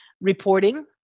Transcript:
reporting